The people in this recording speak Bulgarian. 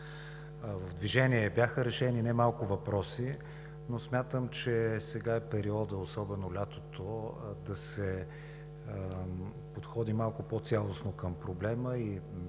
в движение бяха решени немалко въпроси, но смятам, че сега е периодът, особено лятото, да се подходи малко по цялостно към проблема и може